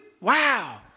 Wow